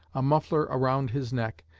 a muffler around his neck,